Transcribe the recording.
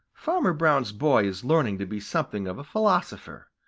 farmer brown's boy is learning to be something of a philosopher,